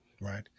right